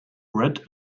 red